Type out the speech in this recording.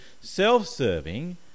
self-serving